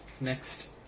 next